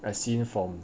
as seen from